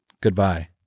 Goodbye